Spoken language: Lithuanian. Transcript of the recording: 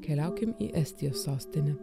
keliaukim į estijos sostinę